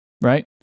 right